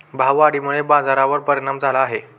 भाववाढीमुळे बाजारावर परिणाम झाला आहे